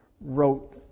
wrote